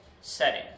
Setting